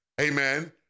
amen